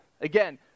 Again